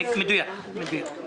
מדויק.